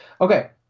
Okay